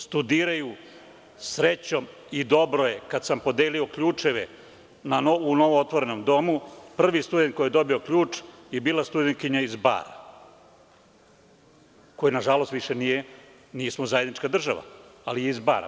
Srećom i dobro je, kad sam podelio ključeve u novo otvorenom domu, prvi student koji je dobio ključ je bila studentkinja iz Bara, na žalost nismo više zajednička država, ali je iz Bara.